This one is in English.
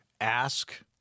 Ask